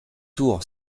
tour